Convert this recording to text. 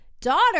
daughter